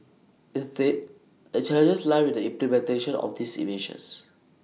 instead the challenges lie with the implementation of these in measures